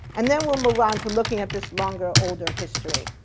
and then we'll move on to looking at this longer older history.